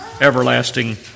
everlasting